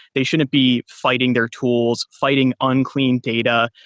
they shouldn't be fighting their tools, fighting unclean data,